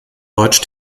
deutsch